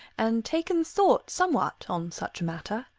and taken thought somewhat on such a matter.